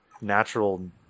natural